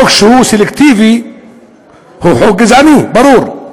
חוק שהוא סלקטיבי הוא חוק גזעני, ברור.